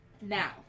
Now